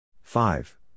Five